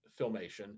Filmation